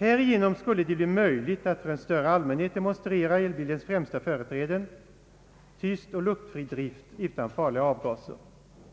Härigenom skulle det bli möjligt att för en större allmänhet demonstrera elbilens främsta företräden — tyst och luktfri drift utan farliga avgaser